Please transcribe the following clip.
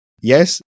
yes